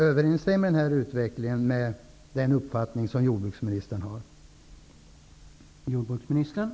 Överensstämmer den här utvecklingen med jordbruksministerns uppfattning?